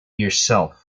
yourself